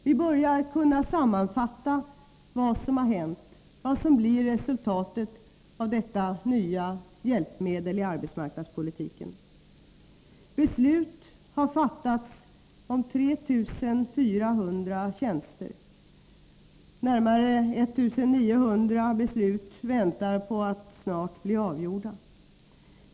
Vi börjar kunna sammanfatta vad som har hänt och vad som blir resultatet av detta nya hjälpmedel i arbetsmarknadspolitiken. Beslut har fattats om 3 400 tjänster, och beträffande närmare 1 900 väntar man på ett snabbt avgörande.